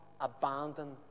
abandon